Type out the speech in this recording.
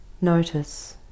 Notice